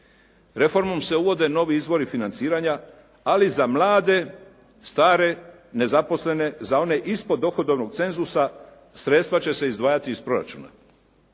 Reformom se uvode novi izvori financiranja ali za mlade, stare, nezaposlene, za one ispod dohodovnog cenzusa sredstva će se izdvajati iz proračuna.